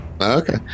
Okay